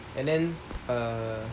and then uh